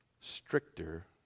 stricter